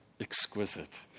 exquisite